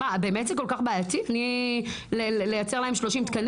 באמת זה כל כך בעייתי לייצר להם 30 תקנים?